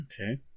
Okay